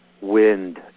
wind